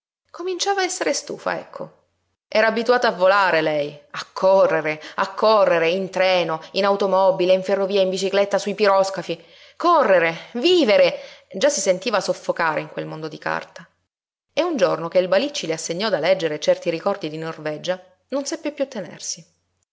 cominciava a essere stufa ecco era abituata a volare lei a correre a correre in treno in automobile in ferrovia in bicicletta su i piroscafi correre vivere già si sentiva soffocare in quel mondo di carta e un giorno che il balicci le assegnò da leggere certi ricordi di norvegia non seppe piú tenersi